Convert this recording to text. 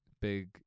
big